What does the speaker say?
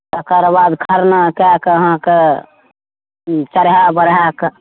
तकर बाद खरना कएके अहाँके चढ़ाए बढ़ाएके